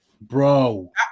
Bro